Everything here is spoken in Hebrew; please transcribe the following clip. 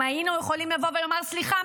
אם היינו יכולים לבוא ולומר: סליחה,